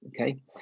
okay